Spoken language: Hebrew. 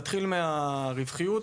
נתחיל מהרווחיות.